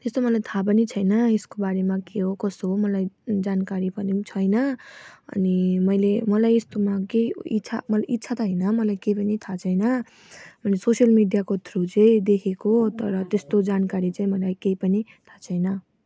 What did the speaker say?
त्यस्तो मलाई थाहा पनि छैन यसको बारेमा के हो कसो हो मलाई जानकारी पनि छैन अनि मैले मलाई यस्तोमा केही इच्छा मलाई इच्छा त होइन मलाई केही पनि थाहा छैन अनि सोसियल मिडियाको थ्रु चाहिँ देखेको तर त्यस्तो जानकारी चाहिँ मलाई केही पनि थाहा छैन